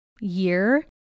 Year